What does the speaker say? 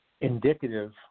Indicative